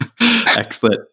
excellent